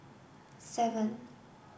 seven